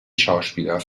schauspieler